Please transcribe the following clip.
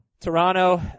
Toronto